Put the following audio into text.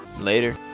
later